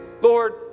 Lord